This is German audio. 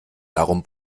darum